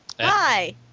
Hi